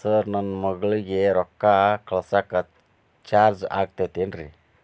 Sir ನನ್ನ ಮಗಳಗಿ ರೊಕ್ಕ ಕಳಿಸಾಕ್ ಚಾರ್ಜ್ ಆಗತೈತೇನ್ರಿ?